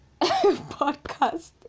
podcast